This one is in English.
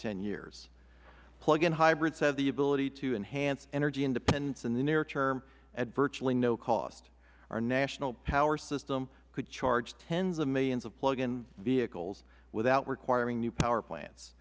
ten years plug in hybrids have the ability to enhance energy independence in the near term at virtually no cost our national power system could charge tens of millions of plug in vehicles without requiring new power plants